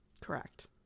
correct